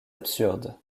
absurde